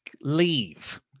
Leave